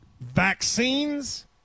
Vaccines